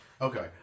Okay